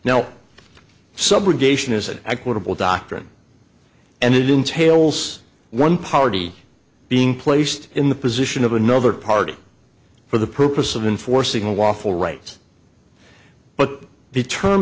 is an equitable doctrine and it entails one party being placed in the position of another party for the purpose of enforcing a waffle right but the term